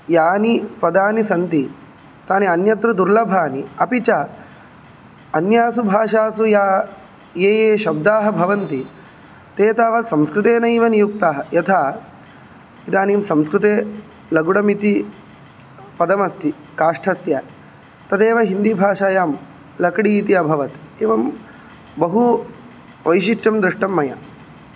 यानि पदानि सन्ति तानि अन्यत्र दुर्लभानि अपि च अन्यासु भाषासु या ये ये शब्दाः भवन्ति ते तावत् संस्कृतेनैव नियुक्ताः यथा इदानीं संस्कृते लगुडमिति पदमस्ति काष्ठस्य तदेव हिन्दी भाषायां लक्डी इति अभवत् एवं बहु वैशिष्ट्यं दृष्टं मया